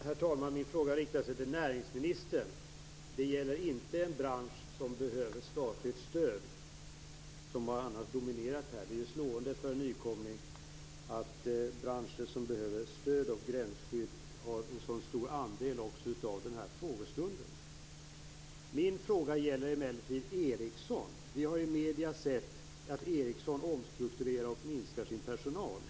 Herr talman! Min fråga riktar sig till näringsministern. Den gäller inte en bransch som behöver statligt stöd. De har ju annars dominerat här. Det är slående för en nykomling att branscher som behöver stöd och gränsskydd har en så stor andel också av den här frågestunden. Min fråga gäller emellertid Ericsson. Vi har i medierna sett att Ericsson omstrukturerar och minskar sin personal.